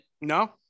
No